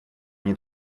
они